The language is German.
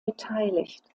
beteiligt